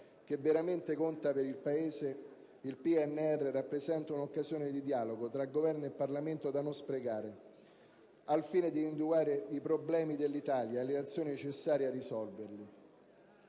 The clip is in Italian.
che veramente conta per il Paese, il PNR rappresenta una occasione di dialogo tra Governo e Parlamento da non sprecare, al fine di individuare i problemi dell'Italia e le azioni necessarie a risolverli.